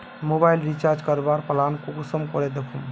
Mobile recharge करवार plan कुंसम करे दखुम?